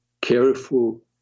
careful